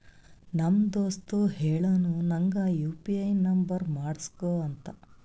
ನಮ್ ದೋಸ್ತ ಹೇಳುನು ನಂಗ್ ಯು ಪಿ ಐ ನುಂಬರ್ ಮಾಡುಸ್ಗೊ ಅಂತ